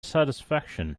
satisfaction